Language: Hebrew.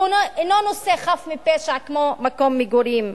הוא אינו נושא חף מפשע כמו מקום מגורים,